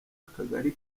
akagari